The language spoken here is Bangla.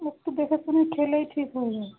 একটু দেখে শুনে খেলেই ঠিক হয়ে যাবে